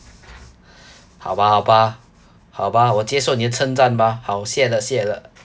好吧好吧好吧我接受你的称赞吧好谢了谢了